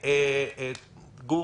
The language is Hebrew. גור,